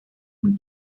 und